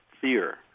fear